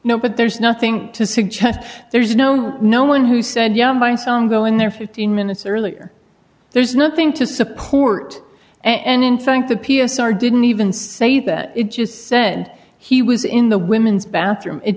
no but there's nothing to suggest there's no no no one who said yeah my song go in there fifteen minutes earlier there's nothing to support and in fact the p s r didn't even say that it just send he was in the women's bathroom it